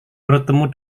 bertemu